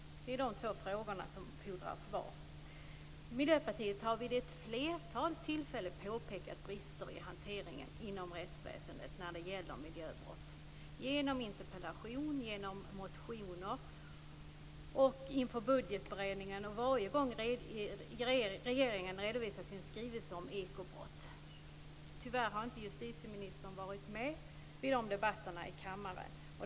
Det är två frågor som fordrar svar. Miljöpartiet har vid ett flertal tillfällen påpekat brister i hanteringen inom rättsväsendet när det gäller miljöbrott. Vi har gjort det i interpellationer, i motioner, inför budgetberedningen och varje gång regeringen har redovisat sin skrivelse om ekobrott. Tyvärr har inte justitieministern varit med vid de debatterna i kammaren.